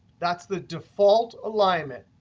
that's the default alignment.